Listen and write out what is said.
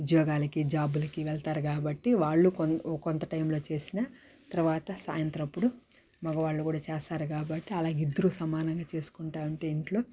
ఉద్యోగాలకి జాబులకి వెళ్తారు గాబట్టి వాళ్లు కొన్ కొంత టైమ్లో చేసిన తర్వాత సాయంత్రం అప్పుడు మగవాళ్లు కూడా చేస్తారు కాబట్టి అలాగ ఇద్దరూ సమానంగా చేసుకుంటా ఉంటే ఇంట్లో